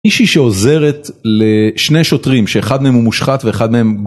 מישהי שעוזרת לשני שוטרים שאחד מהם הוא מושחת ואחד מהם